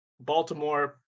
Baltimore